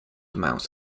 amounts